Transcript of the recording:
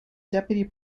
deputy